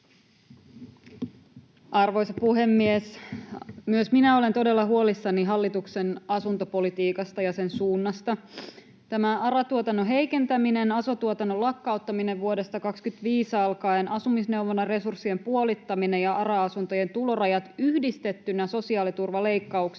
Arvoisa puhemies! Myös minä olen todella huolissani hallituksen asuntopolitiikasta ja sen suunnasta. Tämä ARA-tuotannon heikentäminen, aso-tuotannon lakkauttaminen vuodesta 25 alkaen, asumisneuvonnan resurssien puolittaminen ja ARA-asuntojen tulorajat yhdistettynä sosiaaliturvaleikkauksiin